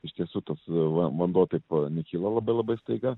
iš tiesų tos va vanduo taip kyla labai labai staiga